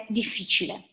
difficile